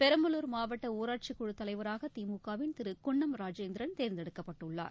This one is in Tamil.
பெரம்பலூர் மாவட்ட ஊராட்சிக் குழுத் தலைவராக திமுகவின் திரு குன்னம் ராஜேந்திரன் தேர்ந்தெடுக்கப்பட்டுள்ளார்